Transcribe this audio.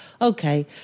Okay